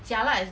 家啦